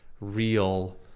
real